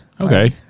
Okay